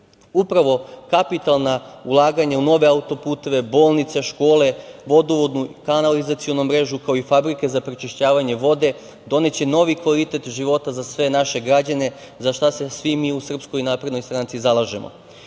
Upravo, kapitalna ulaganja u nove auto-puteve, bolnice, škole, vodovodnu, kanalizacionu mrežu, kao i fabrike za prečišćavanje vode doneće novi kvalitet života za sve naše građane, za šta se svi mi u SNS zalažemo. Pohvaljeni